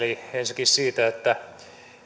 ensinnäkin siitä että